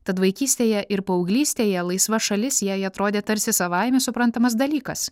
tad vaikystėje ir paauglystėje laisva šalis jai atrodė tarsi savaime suprantamas dalykas